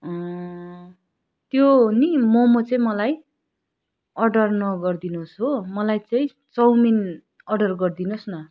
त्यो नि मोमो चाहिँ मलाई अर्डर नगरिदिनुहोस् हो मलाई चाहिँ चाउमिन अर्डर गरिदिनुहोस् न